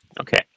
Okay